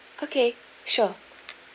okay sure